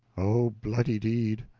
oh, bloody deed!